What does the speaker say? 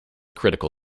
critical